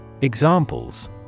Examples